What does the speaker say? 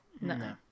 No